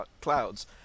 clouds